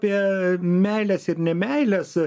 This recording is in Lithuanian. apie meiles ir nemeiles